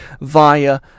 via